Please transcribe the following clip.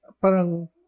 parang